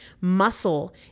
Muscle